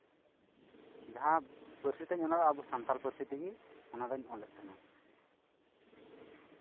ᱡᱟᱸᱦᱟ ᱯᱟᱹᱨᱥᱤ ᱛᱤᱧ ᱚᱱᱟ ᱫᱚ ᱟᱵᱚ ᱥᱟᱱᱛᱟᱞ ᱯᱟᱹᱨᱥᱤ ᱛᱮᱜᱮ ᱚᱱᱟ ᱫᱩᱧ ᱚᱞ ᱮᱫ ᱛᱟᱸᱦᱮᱱᱟ